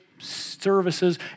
services